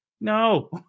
No